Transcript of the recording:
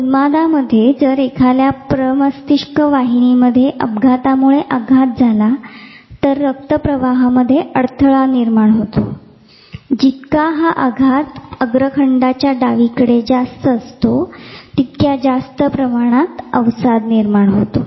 उन्मादामध्ये जर एखाद्याला प्रमास्तीश्क वाहिनीमध्ये अपघातामुळे आघात झाला तर रक्तप्रवाहात अडथळा निर्माण होतो जितका हा आघात अग्रखंडाच्या डावीकडे जास्त असतो तितक्या जास्त प्रमाणात अवसाद निर्माण होतो